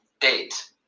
date